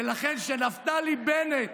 ולכן, נפתלי בנט,